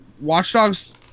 Watchdogs